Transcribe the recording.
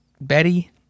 Betty